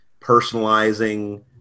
personalizing –